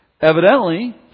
Evidently